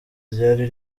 ryari